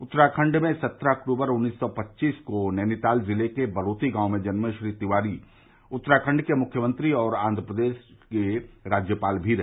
उत्तराखण्ड में सत्रह अक्टूबर उन्नीस सौ पव्वीस को नैनीताल ज़िले के बलोती गांव में जन्मे श्री तिवारी उत्तराखंड के मुख्यमंत्री और आंध्र प्रदेश के राज्यपाल भी रहे